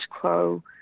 quo